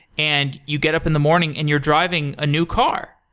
and you get up in the morning and you're driving a new car.